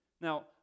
Now